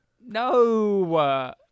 No